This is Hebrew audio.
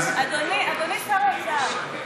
אדוני שר האוצר,